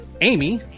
Amy